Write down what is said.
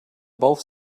both